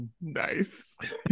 nice